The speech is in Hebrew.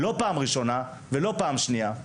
לא בפעם הראשונה ולא בפעם השנייה.